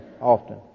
often